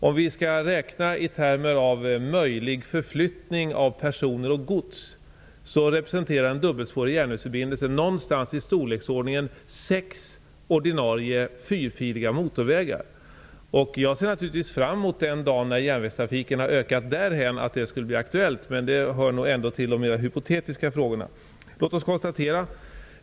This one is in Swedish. Om vi skall räkna i termer av möjlig förflyttning av personer och gods representerar en dubbelspårig järnvägsförbindelse i storleksordningen sex ordinarie fyrfiliga motorvägar. Jag ser naturligtvis fram emot den dag när järnvägstrafiken har ökat så mycket att det skulle bli aktuellt med en utbyggnad. Men det hör nog till de mer hypotetiska frågorna. Låt mig konstatera följande.